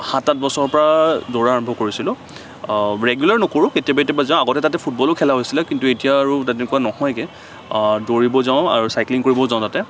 সাত আঠ বছৰৰ পৰা দৌৰা আৰম্ভ কৰিছিলো ৰেগুলীৰ নকৰো কেতিয়াবা কেতিয়াবা যাওঁ আগতে তাতে ফুটবলো খেলা হৈছিলে কিন্তু এতিয়া আৰু তেনেকুৱা নহয়গে দৌৰিব যাওঁ আৰু চাইক্লিং কৰিব যাওঁ তাতে